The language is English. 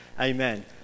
amen